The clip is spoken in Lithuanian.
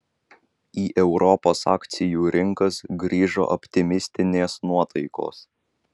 į europos akcijų rinkas grįžo optimistinės nuotaikos